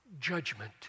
judgment